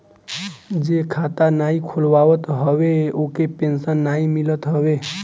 जे खाता नाइ खोलवावत हवे ओके पेंशन नाइ मिलत हवे